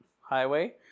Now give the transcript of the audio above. highway